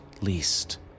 least